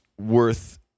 worth